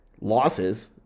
losses